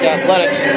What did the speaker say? Athletics